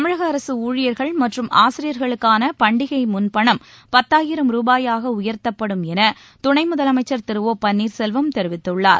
தமிழக அரசு ஊழியர்கள் மற்றும் ஆசிரியர்களுக்கான பண்டிகை முன்பணம் பத்தாயிரம் ரூபாயாக உயர்த்தப்படும் என துணை முதலமைச்சர் திரு ஒ பள்ளீர்செல்வம் தெரிவித்துள்ளார்